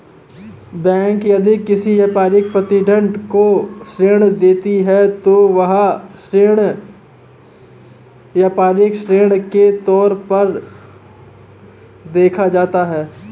bank यदि किसी व्यापारिक प्रतिष्ठान को ऋण देती है तो वह ऋण व्यापारिक ऋण के तौर पर देखा जाता है